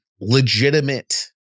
legitimate